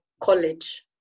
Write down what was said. college